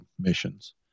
missions